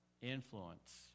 influence